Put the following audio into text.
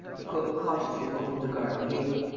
the cook cautiously opened the garden-gate.